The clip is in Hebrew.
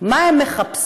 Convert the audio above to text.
מה הם מחפשים,